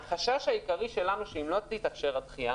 החשש העיקרי שלנו הוא שאם לא תתאפשר הדחייה